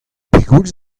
pegoulz